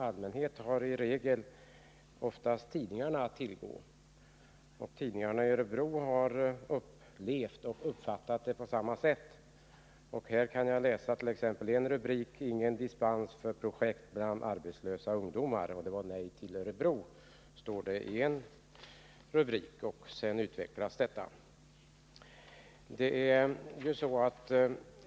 Allmänheten har i regel oftast bara tidningarna att tillgå, och tidningarna i Örebro har uppfattat saken på samma sätt som jag. Jag kan t.ex. läsa upp en rubrik: ”Ingen dispens för projekt bland arbetslösa ungdomar — Det var nej till Örebro”. Så lyder rubriken, och sedan utvecklas detta i artikeln.